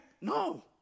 no